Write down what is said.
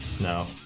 No